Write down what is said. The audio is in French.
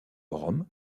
rome